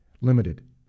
limited